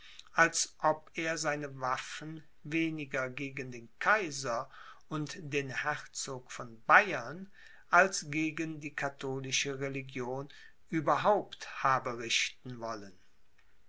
als ob er seine waffen weniger gegen den kaiser und den herzog von bayern als gegen die katholische religion überhaupt habe richten wollen